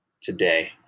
today